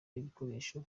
ibikoresho